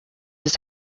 his